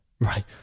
Right